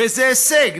וזה הישג.